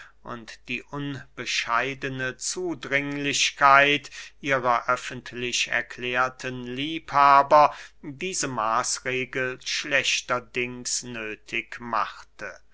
und die unbescheidene zudringlichkeit ihrer öffentlich erklärten liebhaber diese maßregel schlechterdings nöthig machte